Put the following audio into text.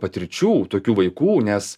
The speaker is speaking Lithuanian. patirčių tokių vaikų nes